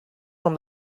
from